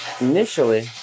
initially